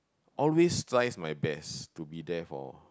always tries my best to be there for